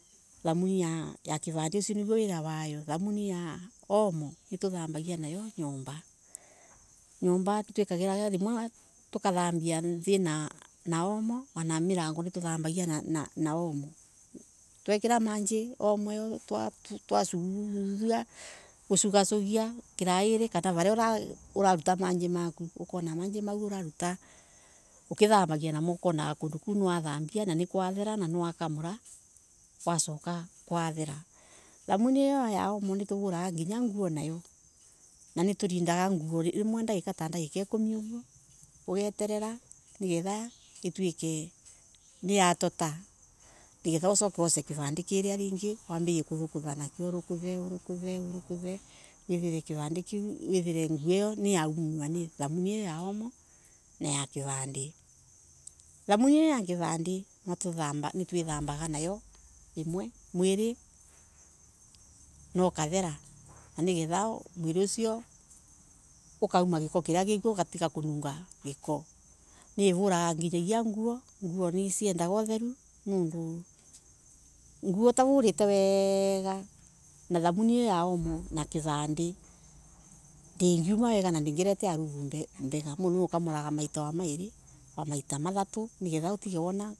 Thamuni ya kivande usio niguo wira wayo, omo nituthambagia nayo nyomba ona milango nitutembagia na omotwikira maji omo iyo tugasugia sugia kirairi kana varia uvaruta maji maku okona ukethambagia namo ukona kondo ku niwathambia ni kwa thera na wakamula gwacoka kwathera thamuni io ya omo nituthambagia nginya nguo nayo tukarinda nguo nayo ndagika ta ikumi uguo nigetha ituike niyatota ukarokotha na kivande kiu wethera nguo io niyatherua ni thamuni io ya omo na kivande. Thamuni hio ya kivande nituthambaga nayo mwili na ukathera na nigetha mwili usio ukauma giko kiri gikuo ugatiga kununga giko, nguo nisiendaga utheru nundu nguo utavolete wega na thamuni io ya omo na kivande ndingiuma wega na ndigeleta halafu mbega mundu niu kamoraga maiti mairi kana mathatu.